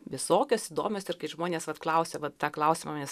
visokios įdomios ir kai žmonės vat klausia va tą klausimą manęs